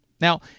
Now